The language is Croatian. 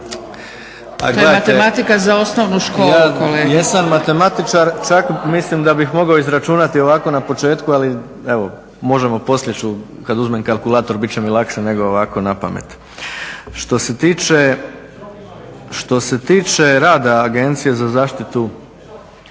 To je matematika za osnovnu školu kolege./… Ja jesam matematičar, čak mislim da bih mogao izračunati ovako na početku ali evo možemo poslije ću, kad uzmem kalkulator bit će mi lakše nego ovako napamet. Što se tiče rada Agencije za zaštitu